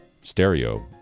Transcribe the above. stereo